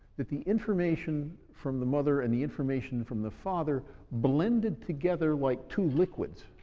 that the information from the mother and the information from the father blended together like two liquids.